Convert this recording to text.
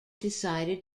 decided